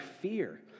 fear